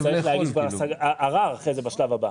הוא יצטרך להגיש ערר אחרי כן בשלב הבא.